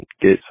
get